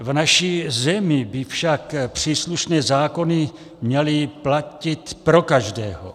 V naší zemi by však příslušné zákony měly platit pro každého.